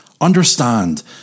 Understand